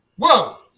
whoa